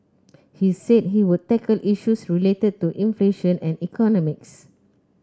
he said he would tackle issues related to inflation and economics